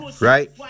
right